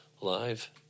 live